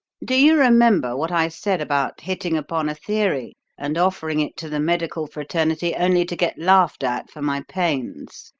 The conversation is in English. do you remember what i said about hitting upon a theory and offering it to the medical fraternity, only to get laughed at for my pains?